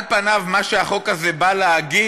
על פניו, מה שהחוק הזה בא להגיד,